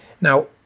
Now